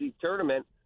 tournament